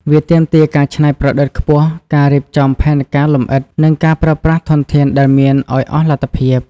វាទាមទារការច្នៃប្រឌិតខ្ពស់ ការរៀបចំផែនការលម្អិត និងការប្រើប្រាស់ធនធានដែលមានឱ្យអស់លទ្ធភាព។